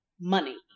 money